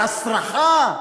להסרחה.